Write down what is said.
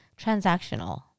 transactional